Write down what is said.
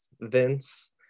vince